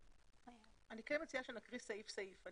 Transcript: אני מציעה שנקריא סעיף סעיף.